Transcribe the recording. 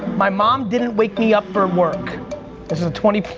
my mom didn't wake me up for work. this is a twenty